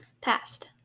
Past